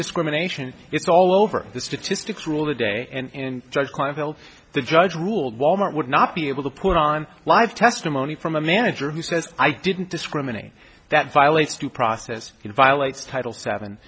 discrimination it's all over the statistics rule the day and judge kleinfeld the judge ruled wal mart would not be able to put on live testimony from a manager who says i didn't discriminate that violates due process it violates title seven